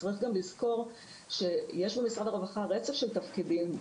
צריך גם לזכור שיש במשרד הרווחה רצף של תפקידים,